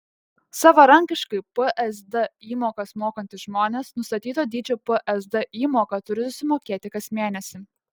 savarankiškai psd įmokas mokantys žmonės nustatyto dydžio psd įmoką turi sumokėti kas mėnesį